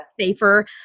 safer